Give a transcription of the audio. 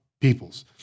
peoples